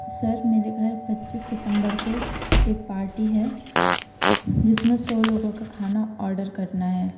سر میرے گھر پچیس ستمبر کو ایک پارٹی ہے جس میں سو لوگوں کا کھانا آڈر کرنا ہے